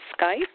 Skype